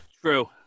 true